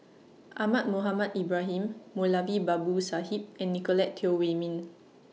Ahmad Mohamed Ibrahim Moulavi Babu Sahib and Nicolette Teo Wei Min